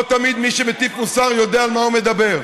לא תמיד מי שמטיף מוסר יודע על מה הוא מדבר.